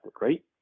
right